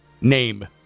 name